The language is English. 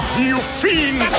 you fiends!